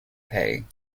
pay